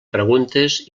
preguntes